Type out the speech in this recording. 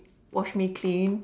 wash me clean